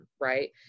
right